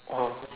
oh